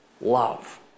love